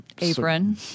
apron